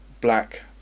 black